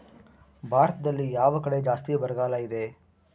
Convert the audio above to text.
ಭಾರತದಲ್ಲಿ ಯಾವ ಕಡೆ ಜಾಸ್ತಿ ಬರಗಾಲ ಇದೆ?